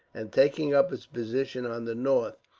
and taking up its position on the north,